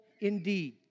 indeed